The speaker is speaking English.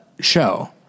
show